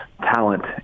talent